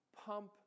pump